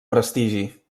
prestigi